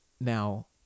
Now